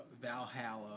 Valhalla